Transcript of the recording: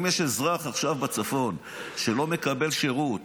אם יש עכשיו אזרח בצפון שלא מקבל שירות